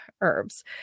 herbs